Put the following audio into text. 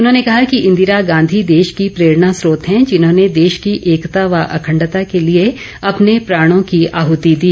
उन्होंने कहा कि इंदिरा गांधी देश की प्रेरणा स्रोत हैं जिन्होंने देश की एकता व अखंडता के लिए अपने प्राणों की आहृति दी